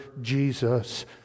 Jesus